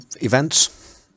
events